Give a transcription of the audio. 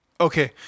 Okay